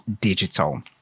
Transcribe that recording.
digital